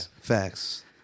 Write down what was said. facts